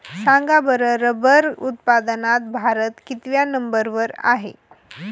सांगा बरं रबर उत्पादनात भारत कितव्या नंबर वर आहे?